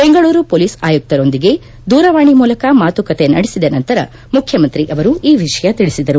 Bengaluru police ಆಯುಕ್ತರೊಂದಿಗೆ ದೂರವಾಣಿ ಮೂಲಕ ಮಾತುಕತೆ ನಡೆಸಿದ ನಂತರ ಮುಖ್ಯಮಂತ್ರಿ ಅವರು ಈ ವಿಷಯ ತಿಳಿಸಿದರು